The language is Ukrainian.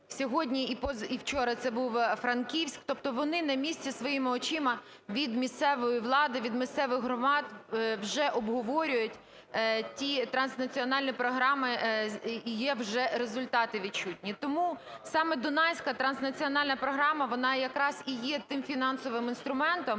Сьогодні і вчора це був Франківськ. Тобто вони на місці своїми очима від місцевої влади, від місцевих громад вже обговорюють ті транснаціональні програми, і є вже результати відчутні. І тому саме Дунайська транснаціональна програма вона якраз і є тим фінансовим інструментом,